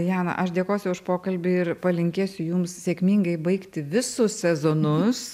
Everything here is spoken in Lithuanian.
jana aš dėkosiu už pokalbį ir palinkėsiu jums sėkmingai baigti visus sezonus